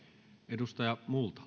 arvoisa